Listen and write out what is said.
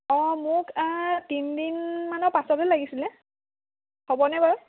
অঁ মোক তিনিদিনমানৰ পাছতে লাগিছিলে হ'বনে বাৰু